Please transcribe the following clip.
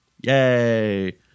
Yay